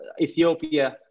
Ethiopia